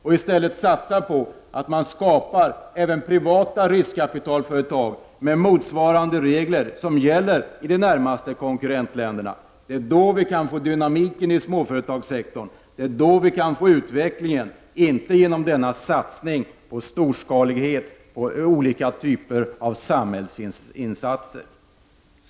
Man bör vidare satsa på tillskapandet av även privata riskkapitalföretag, som tillämpar likartade regler som dem som gäller i de närmaste konkurrentländerna. Då kan vi uppnå dynamik i småföretagssektorn, och då kan vi få till stånd en utveckling. Det uppnår vi inte genom denna satsning på storskalighet och olika typer av samhällsinsatser.